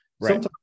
Right